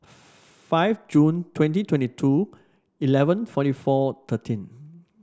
five June twenty twenty two eleven forty four thirteen